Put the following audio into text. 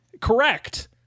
Correct